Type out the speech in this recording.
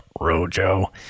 Rojo